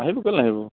আহিব কেলে নাহিব